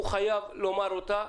הוא חייב לומר אותה.